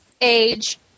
age